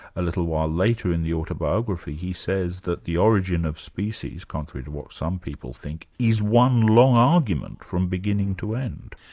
a little while later in the autobiography he says that the origin of species, contrary to what some people think, is one long argument from beginning to end.